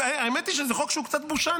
האמת היא שזה חוק שהוא קצת בושה,